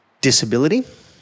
disability